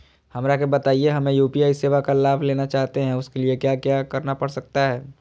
हमरा के बताइए हमें यू.पी.आई सेवा का लाभ लेना चाहते हैं उसके लिए क्या क्या करना पड़ सकता है?